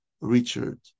Richard